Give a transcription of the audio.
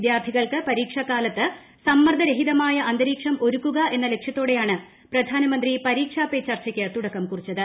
വിദ്യാർത്ഥികൾക്ക് പരീക്ഷാക്കാലത്ത് സമ്മർദ്ദരഹിതമായ അന്തരീക്ഷം എന്ന ലക്ഷ്യത്തോടെയാണ് പ്രധാനമന്ത്രി പരീക്ഷാ പേ ചർച്ചയ്ക്ക് തുടക്കം കുറിച്ചത്